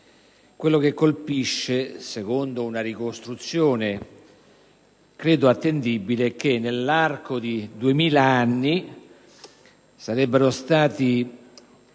quello che colpisce secondo una ricostruzione credo attendibile è che nell'arco di 2.000 anni sarebbero stati